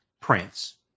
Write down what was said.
prince